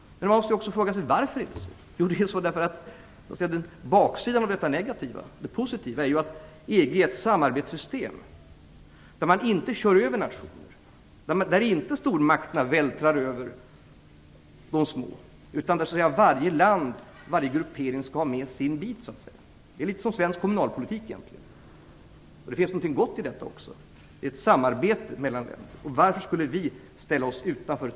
Man måste fråga sig varför det är så. Jo, det är baksidan, allt det negativa. Det positiva är att EG är ett samarbetssystem där man inte kör över nationer, där inte stormakterna vältrar över de små, utan där varje land, varje gruppering skall ha med sin bit. Det är egentligen likt svensk kommunalpolitik. Det finns någonting gott i detta. Det är ett samarbete mellan länderna. Varför skulle vi ställa oss utanför?